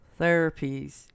therapies